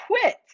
quit